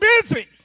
busy